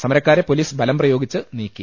സമരക്കാരെ police ബലം പ്രയോഗിച്ച് നീക്കി